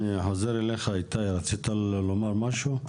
אני חוזר אליך, איתי, רצית לומר משהו?